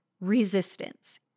resistance